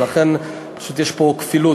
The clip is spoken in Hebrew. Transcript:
ולכן יש פה כפילות.